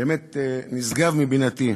באמת נשגב מבינתי.